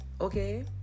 Okay